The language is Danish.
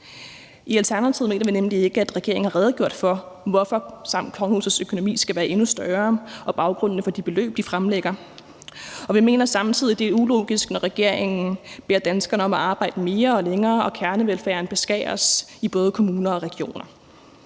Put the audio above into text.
I Alternativet mener vi nemlig ikke, at regeringen har redegjort for, hvorfor kongehusets økonomi skal være endnu større, og baggrunden for de beløb, de fremlægger. Vi mener samtidig, at det er ulogisk, når regeringen beder danskerne om at arbejde mere og længere og kernevelfærden beskæres i kommuner og regioner.